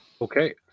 Okay